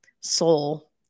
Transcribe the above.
soul